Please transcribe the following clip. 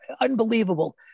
unbelievable